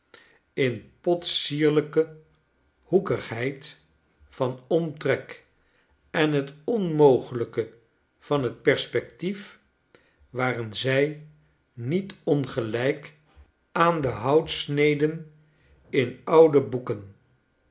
in potsierlijke hoekigheid van omtrek en het onmogelijke van het perspectief waren zij niet ongelijk aan de houtsneden in oude boeken